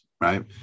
right